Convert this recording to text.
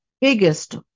biggest